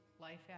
life